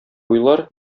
уйлар